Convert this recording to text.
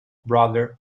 brother